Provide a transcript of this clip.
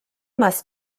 must